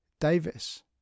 davis